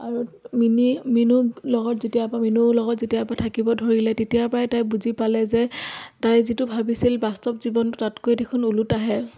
আৰু মিনি মিনু লগত যেতিয়াৰপৰা মিনুৰ লগত যেতিয়াৰপৰা থাকিব ধৰিলে তেতিয়াৰপৰাই তাই বুজি পালে যে তাই যিটো ভাবিছিল বাস্তৱ জীৱনটো তাতকৈ দেখোন ওলোটাহে